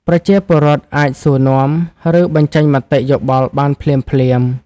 ប្រជាពលរដ្ឋអាចសួរនាំ ឬបញ្ចេញមតិយោបល់បានភ្លាមៗ។